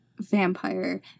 vampire